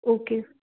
okay